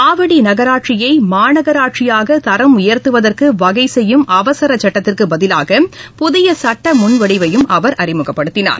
ஆவடி நகராட்சியை மாநகராட்சியாக தரம் உயர்த்துவதற்கு வகை செய்யும் அவசர சட்டத்திற்கு பதிலாக புதிய சட்ட முன்வடிவையும் அவர் அறிமுகப்படுத்தினார்